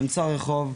באמצע הרחוב,